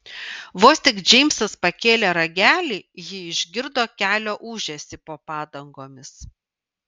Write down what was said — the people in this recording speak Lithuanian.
vos tik džeimsas pakėlė ragelį ji išgirdo kelio ūžesį po padangomis